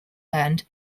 band